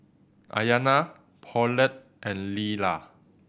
Ayana Paulette and Lyla